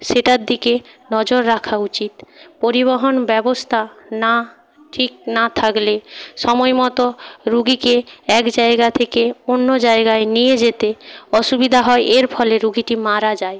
সেটার দিকে নজর রাখা উচিত পরিবহন ব্যবস্থা না ঠিক না থাকলে সময়মতো রোগীকে এক জায়গা থেকে অন্য জায়গায় নিয়ে যেতে অসুবিধা হয় এর ফলে রোগীটি মারা যায়